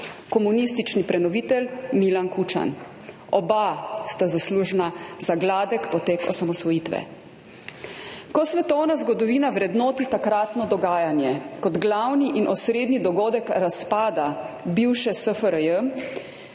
Komunistični prenovitelj Milan Kučan. Oba sta zaslužna za gladek potek osamosvojitve. Ko svetovna zgodovina vrednoti takratno dogajanje, kot glavni in osrednji dogodek razpada bivše SFRJ